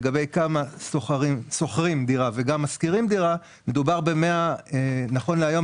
לגבי כמה שוכרים דירה וגם משכירים דירה נכון להיום,